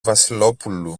βασιλόπουλου